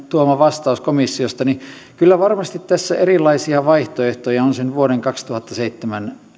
tuoma vastaus komissiosta kyllä varmasti tässä monia erilaisia vaihtoehtoja on sen vuoden kaksituhattaseitsemän